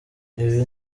ibi